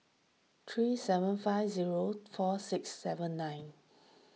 three seven five zero four six seven nine